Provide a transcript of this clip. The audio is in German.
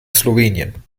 slowenien